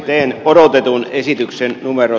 teen odotetun esityksen numero